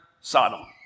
Sodom